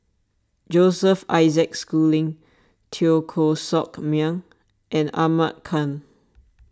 Joseph Isaac Schooling Teo Koh Sock Miang and Ahmad Khan